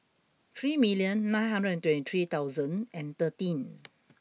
three million nine hundred and twenty three thousand and thirteen